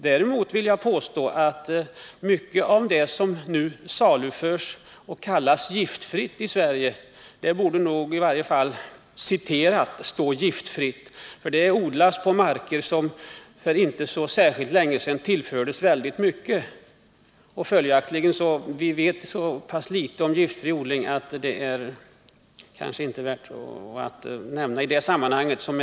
Därtill vill jag påstå att för mycket av det som nu i Sverige saluförs och kallas giftfritt borde ”giftfritt” stå inom citationstecken, för det odlas på marker som för inte så länge sedan tillfördes väldigt mycket av det vi här kallar gifter och än så länge vet så pass litet om.